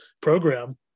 program